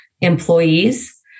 employees